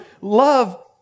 love